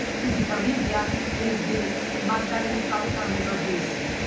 to the caribbean is the madgalene cauca river basin.